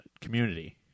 Community